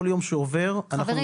כל יום שעובר אנחנו נמצאים -- חברים,